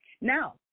Now